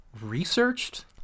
researched